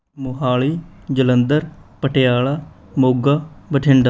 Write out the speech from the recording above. Mohali Jalandhar Patiala Moga Bathinda